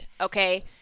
okay